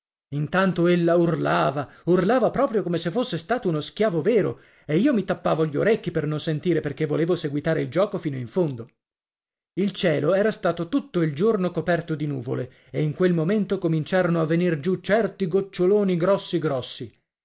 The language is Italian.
intanto ella urlava urlava proprio come se fosse stato uno schiavo vero e io mi tappavo gli orecchi per non sentire perché volevo seguitare il gioco fino in fondo il cielo era stato tutto il giorno coperto di nuvole e in quel momento cominciarono a venir giù certi goccioloni grossi grossi